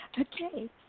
Okay